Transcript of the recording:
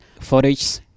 footage